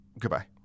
goodbye